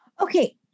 Okay